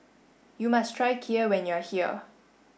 you must try Kheer when you are here